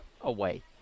away